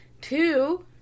Two